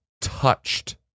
touched